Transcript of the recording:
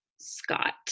Scott